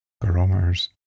barometers